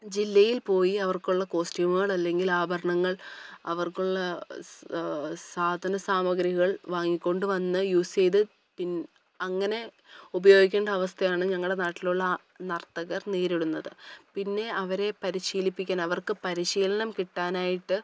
ജില്ലയിൽ പോയി അവർക്കുള്ള കോസ്റ്റ്യൂമുകൾ അല്ലെങ്കിൽ ആഭരണങ്ങൾ അവർക്കുള്ള സാധന സാമഗ്രികൾ വാങ്ങിക്കൊണ്ടുവന്ന് യൂസ് ചെയ്ത് പിൻ അങ്ങനെ ഉപയോഗിക്കേണ്ട അവസ്ഥയാണ് ഞങ്ങളുടെ നാട്ടിലുള്ള നർത്തകർ നേരിടുന്നത് പിന്നെ അവരെ പരിശീലിപ്പിക്കാൻ അവർക്ക് പരിശീലനം കിട്ടാനായിട്ട്